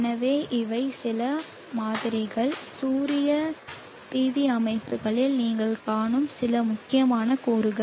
எனவே இவை சில மாதிரிகள் சூரிய PV அமைப்புகளில் நீங்கள் காணும் சில முக்கியமான கூறுகள்